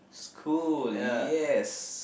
school yes